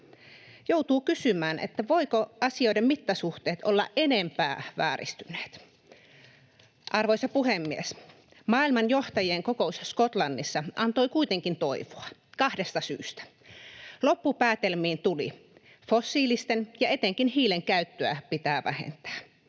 Joutuu kysymään: voivatko asioiden mittasuhteet olla enempää vääristyneet? [Sheikki Laakso: Ei!] Arvoisa puhemies! Maailman johtajien kokous Skotlannissa antoi kuitenkin toivoa, kahdesta syystä. Loppupäätelmiin tuli: Fossiilisten ja etenkin hiilen käyttöä pitää vähentää.